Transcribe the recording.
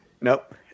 Nope